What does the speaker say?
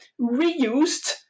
reused